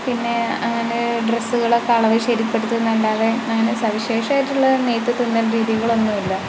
പിന്നെ അങ്ങനെ ഡ്രസ്സുകളൊക്കെ അളവ് ശരിപ്പെടുത്തും എന്നല്ലാതെ അങ്ങനെ സവിശേഷമായിട്ടുള്ള നെയ്ത് തുന്നൽ രീതികളൊന്നും ഇല്ല